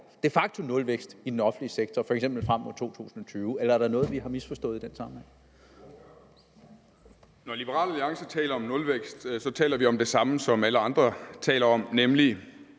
de facto nulvækst i den offentlige sektor f.eks. frem mod 2020. Eller er der noget, vi har misforstået i den sammenhæng?